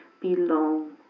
belong